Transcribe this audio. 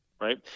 right